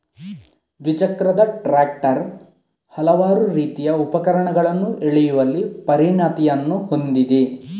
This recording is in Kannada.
ದ್ವಿಚಕ್ರದ ಟ್ರಾಕ್ಟರ್ ಹಲವಾರು ರೀತಿಯ ಉಪಕರಣಗಳನ್ನು ಎಳೆಯುವಲ್ಲಿ ಪರಿಣತಿಯನ್ನು ಹೊಂದಿದೆ